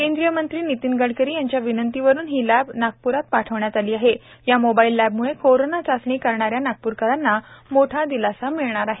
केंद्रीय मंत्री नितीन गडकरी यांच्या विनंतीवरून ही लॅब नागप्रात पाठविण्यात आले आहे या मोबाईल लॅब म्ळे कोरोना चाचणी करणाऱ्या नागप्रकरांना मोठा दिलासा मिळणार आहे